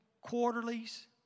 quarterlies